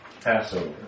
Passover